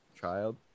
Child